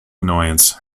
annoyance